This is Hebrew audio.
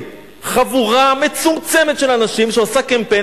חבורה מצומצמת של אנשים שעושה קמפיין,